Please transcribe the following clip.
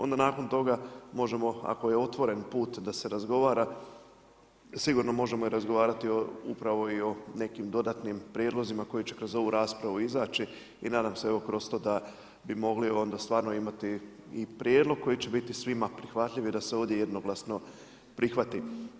Onda nakon toga možemo ako je otvoren put da se razgovara, sigurno možemo razgovarati upravo i o nekim dodatnim prijedlozima koji će kroz ovu raspravu izaći i nadam se kroz to da bi mogli onda stvarno imati i prijedlog koji će biti svima prihvatljiv i da se ovdje jednoglasno prihvati.